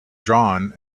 drawn